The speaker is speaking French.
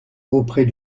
auprès